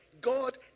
God